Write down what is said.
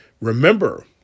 Remember